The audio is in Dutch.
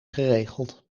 geregeld